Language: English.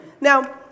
Now